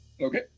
Okay